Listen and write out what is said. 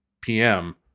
PM